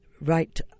right